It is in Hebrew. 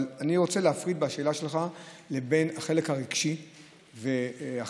אבל אני רוצה להפריד בשאלה שלך בין החלק הרגשי לחברתי,